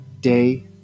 Day